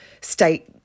state